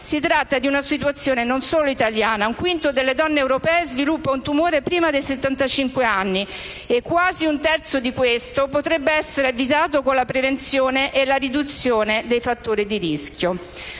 Si tratta di una situazione non solo italiana: un quinto delle donne europee sviluppa un tumore prima dei settantacinque anni e quasi un terzo potrebbe essere individuato con la prevenzione e la riduzione dei fattori di rischio.